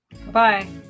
Bye